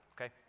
okay